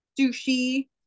sushi